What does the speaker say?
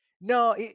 no